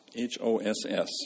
H-O-S-S